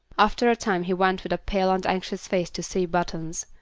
after a time he went with a pale and anxious face to see buttons.